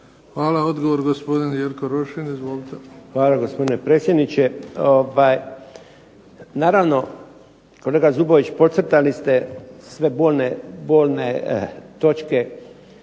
Hvala. Odgovor gospodin Jerko Rošin. Izvolite. **Rošin, Jerko (HDZ)** Hvala gospodine predsjedniče. Naravno, kolega Zubović podcrtali ste sve bolne točke